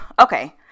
okay